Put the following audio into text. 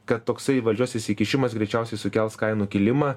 kad toksai valdžios įsikišimas greičiausiai sukels kainų kilimą